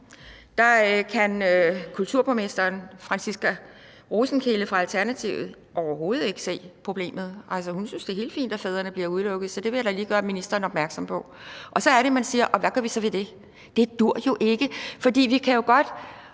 Københavns Kommune – Franciska Rosenkilde fra Alternativet – overhovedet ikke kan se problemet. Hun synes, det er helt fint, at fædrene bliver udelukket. Så det vil jeg da lige gøre ministeren opmærksom på. Så er det, man siger: Hvad gør vi så ved det? Det duer jo ikke. Jeg er meget